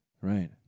Right